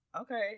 okay